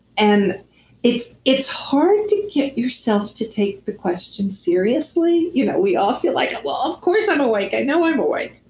and it's it's hard to get yourself to take the question seriously you know we all feel like well, of course i'm awake. i know i'm awake.